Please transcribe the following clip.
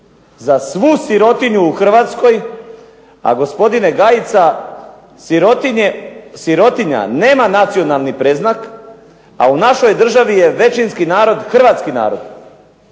za svu sirotinju u Hrvatskoj, a gospodine Gajica sirotinja nema nacionalni predznak, a u našoj državi je većinski narod hrvatski narod.